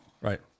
right